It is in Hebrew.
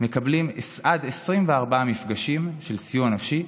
מקבלים עד 24 מפגשים של סיוע נפשי.